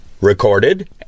recorded